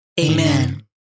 Amen